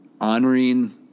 honoring